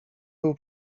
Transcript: był